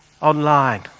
online